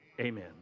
Amen